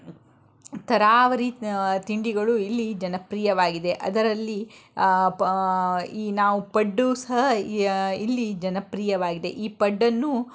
ತರಾವರಿ ತಿಂಡಿಗಳು ಇಲ್ಲಿ ಜನಪ್ರಿಯವಾಗಿದೆ ಅದರಲ್ಲಿ ಪ ಈ ನಾವು ಪಡ್ಡು ಸಹ ಇಲ್ಲಿ ಜನಪ್ರಿಯವಾಗಿದೆ ಈ ಪಡ್ಡನ್ನು